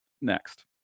next